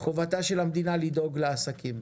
חובתה של המדינה לדאוג לעסקים,